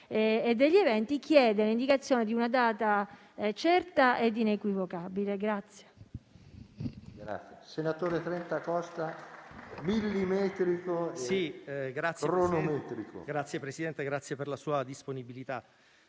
e degli eventi, chiede l'indicazione di una data certa ed inequivocabile di